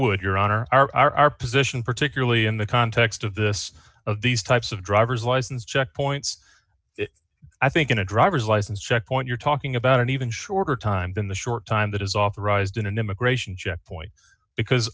would your honor our our our position particularly in the context of this of these types of driver's license checkpoints i think in a driver's license checkpoint you're talking about an even shorter time than the short time that is authorized in an immigration checkpoint because